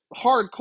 hardcore